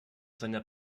seiner